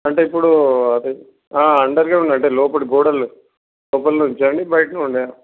అంటే ఇప్పుడు అది అంటారు కదండీ అంటే లోపటి గోడలు లోపలి నుంచా అండి బయట నుండా